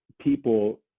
people